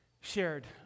shared